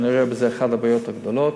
שאני רואה בזה אחת הבעיות הגדולות,